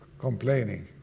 complaining